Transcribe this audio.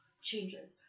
changes